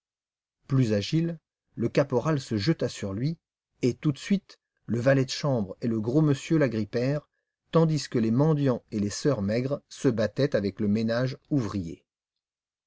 plus agile le caporal se jeta sur lui et tout de suite le valet de chambre et le gros monsieur l'agrippèrent tandis que les mendiants et les sœurs maigres se battaient avec le ménage ouvrier